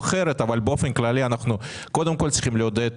אחרת אבל באופן כללי אנחנו קודם כול צריכים לעודד